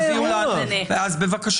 אז אמרתי